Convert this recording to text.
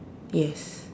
yes